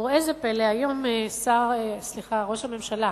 וראה איזה פלא, היום ראש הממשלה